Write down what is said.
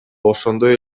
ошондой